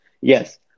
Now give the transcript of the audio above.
yes